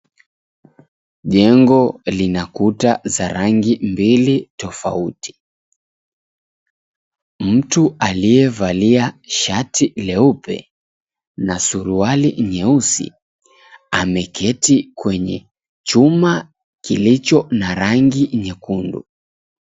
Jengo lina kuta za rangi mbili tofauti. Mtu aliyevalia shati leupe na suruali nyeusi ameketi kwenye chuma kilicho na rangi nyekundu.